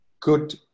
good